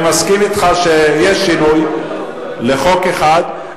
אני מסכים אתך שיש שינוי לחוק אחד,